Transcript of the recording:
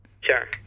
Sure